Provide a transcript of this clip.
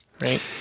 right